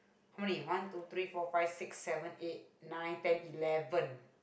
how many one two three four five six seven eight nine ten eleven